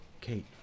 Kate